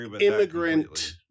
immigrant